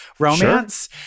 Romance